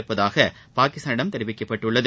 இருப்பதாக பாகிஸ்தானிடம் தெரிவிக்கப்பட்டுள்ளது